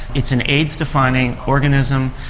it's an aids defining organism,